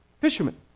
Fishermen